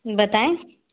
बताएं